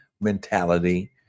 mentality